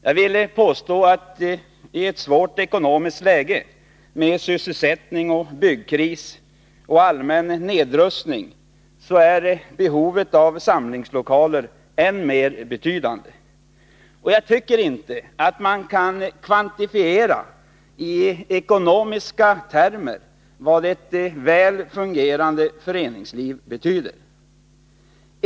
Jag vill påstå att behovet av samlingslokaler i ett svårt ekonomiskt läge, med sysselsättningsoch byggkris och allmän nedrustning, är än mer betydande. Och jag tycker inte att man kan kvantifiera i ekonomiska termer vad ett väl fungerande föreningsliv betyder.